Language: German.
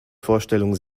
vorstellung